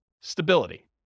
stability